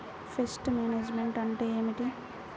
Pest management అంటే ఏమిటి?